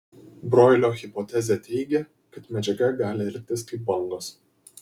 broilio hipotezė teigia kad medžiaga gali elgtis kaip bangos